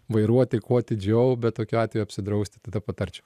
vairuoti kuo atidžiau bet tokiu atveju apsidraust tada patarčiau